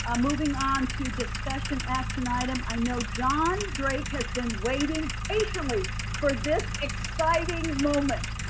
um moving on to discussion action item i know john drake has been waiting patiently for this exciting moment.